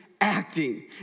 Acting